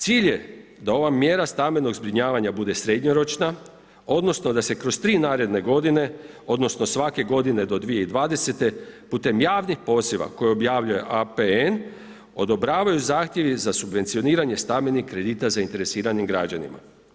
Cilj je da ova mjera stambenog zbrinjavanja bude srednjoročna odnosno da se kroz 3 naredne godine odnosno svake godine do 2020., putem javnih poziva koje objavljuje APN, odobravaju zahtjevi za subvencioniranje stambenih kredita zainteresiranim građanima.